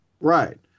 Right